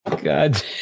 God